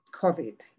COVID